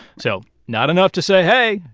so not enough to say, hey,